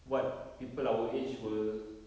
what people our age will